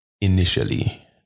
initially